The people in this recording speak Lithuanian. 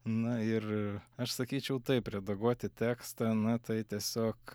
na ir aš sakyčiau taip redaguoti tekstą na tai tiesiog